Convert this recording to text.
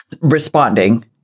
Responding